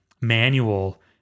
manual